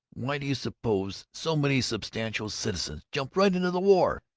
why do you suppose so many substantial citizens jumped right into the war?